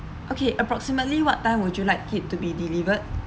okay approximately what time would you like it to be delivered